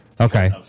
Okay